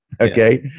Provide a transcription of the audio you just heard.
Okay